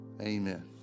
amen